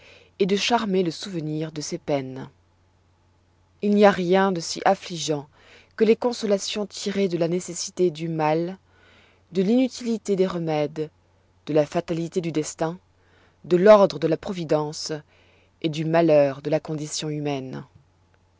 et de charmer le souvenir de ses peines il n'y a rien de si affligeant que les consolations tirées de la nécessité du mal de l'inutilité des remèdes de la fatalité du destin de l'ordre de la providence et du malheur de la condition humaine